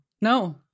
no